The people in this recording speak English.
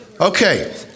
Okay